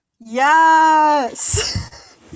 yes